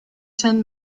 ten